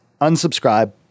Unsubscribe